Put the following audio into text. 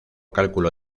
cálculo